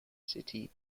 city